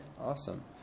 Awesome